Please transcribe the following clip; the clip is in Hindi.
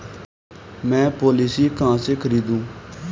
मैं पॉलिसी कहाँ से खरीदूं?